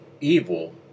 evil